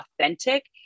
authentic